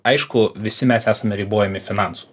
aišku visi mes esame ribojami finansų